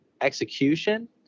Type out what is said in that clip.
execution